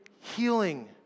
healing